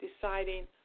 deciding